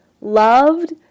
loved